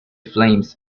flames